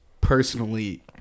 personally